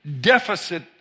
deficit